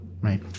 right